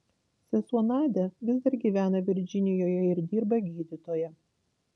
sesuo nadia vis dar gyvena virdžinijoje ir dirba gydytoja